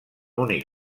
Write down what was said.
únic